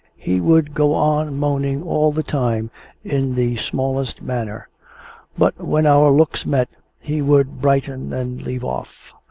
he would go on moaning all the time in the dismallest manner but, when our looks met, he would brighten and leave off.